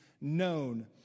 known